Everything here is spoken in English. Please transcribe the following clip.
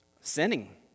sinning